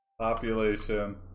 Population